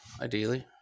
ideally